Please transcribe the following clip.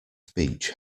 speech